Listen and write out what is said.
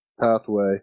pathway